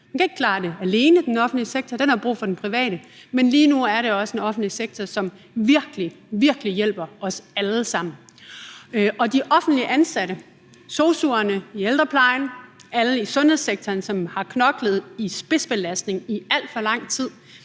Den offentlige sektor kan ikke klare det alene; den har brug for den private sektor. Men lige nu er det også den offentlige sektor, som virkelig, virkelig hjælper os alle sammen. Og de offentligt ansatte, sosu'erne i ældreplejen og alle i sundhedssektoren, som har knoklet i spidsbelastning i alt for lang tid,